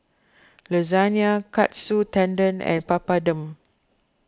Lasagna Katsu Tendon and Papadum